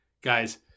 guys